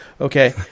Okay